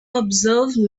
observe